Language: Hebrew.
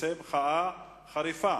שתצא מחאה חריפה